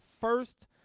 first